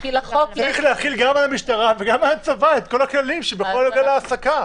צריך להחיל גם על המשטרה וגם על הצבא את כל הכללים שנוגעים להעסקה.